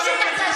התנועה האסלאמית,